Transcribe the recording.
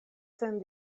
sen